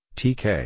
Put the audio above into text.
tk